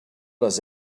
does